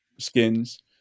skins